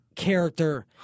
Character